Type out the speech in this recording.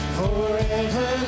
forever